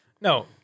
No